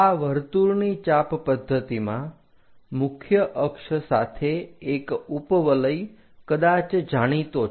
આ વર્તુળની ચાપ પદ્ધતિમાં મુખ્ય અક્ષ સાથે એક ઉપવલય કદાચ જાણીતો છે